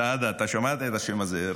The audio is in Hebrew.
סעדה, אתה שמעת את השם הזה.